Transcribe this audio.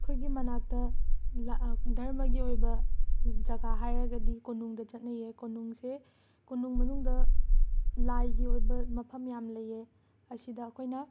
ꯑꯩꯈꯣꯏꯒꯤ ꯃꯅꯥꯛꯇ ꯂꯥ ꯙꯔꯃꯒꯤ ꯑꯣꯏꯕ ꯖꯒꯥ ꯍꯥꯏꯔꯒꯗꯤ ꯀꯣꯅꯨꯡꯗ ꯆꯠꯅꯩꯌꯦ ꯀꯣꯅꯨꯡꯁꯦ ꯀꯣꯅꯨꯡ ꯃꯅꯨꯡꯗ ꯂꯥꯏꯒꯤ ꯑꯣꯏꯕ ꯃꯐꯝ ꯌꯥꯝꯅ ꯂꯩꯌꯦ ꯑꯁꯤꯗ ꯑꯩꯈꯣꯏꯅ